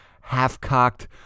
half-cocked